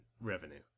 revenue